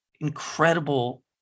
incredible